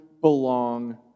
belong